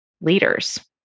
leaders